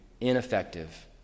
ineffective